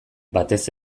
batez